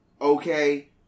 Okay